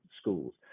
schools